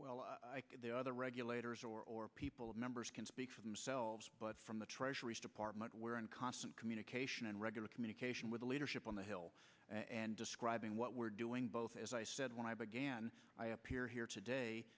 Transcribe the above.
the other regulators or people of members can speak for themselves but from the treasury department we're in constant communication and regular communication with the leadership on the hill and describing what we're doing both as i said when i began i appear here today